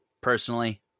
personally